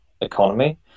economy